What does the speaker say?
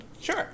sure